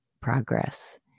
progress